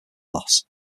loss